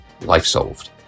LifeSolved